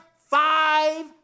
five